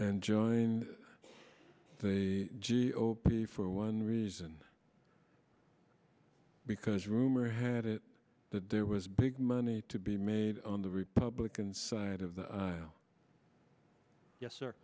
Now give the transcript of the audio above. and join the g o p for one reason because rumor had it that there was big money to be made on the republican side of the aisle yes sir